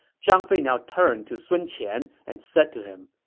zhang fei now turned to sun qian and said to him,